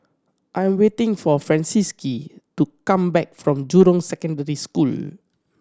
I am waiting for Francisqui to come back from Jurong Secondary School